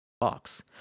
box